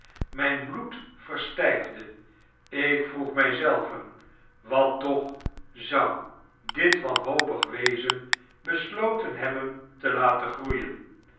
myn bloed verstyfde ik vroeg my zelven wat toch zou dit wanhopige wezen besloten hebben te laten groeien